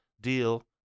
deal